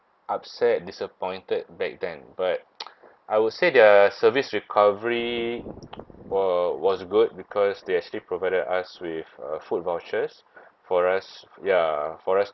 upset disappointed back then but I will say their service recovery were was good because they actually provided us with uh food vouchers for us ya for us